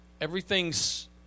everything's